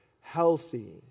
healthy